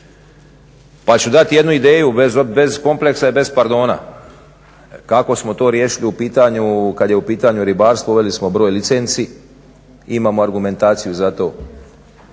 pa ću dati jednu ideju bez kompleksa i bez pardona kako smo to riješili kad je u pitanju ribarstvo uveli smo broj licenci. Imamo argumentaciju za to